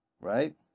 right